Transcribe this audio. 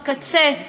בקצה,